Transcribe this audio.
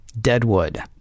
Deadwood